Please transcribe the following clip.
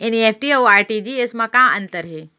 NEFT अऊ RTGS मा का अंतर हे?